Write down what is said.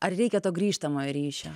ar reikia to grįžtamojo ryšio